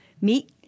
meet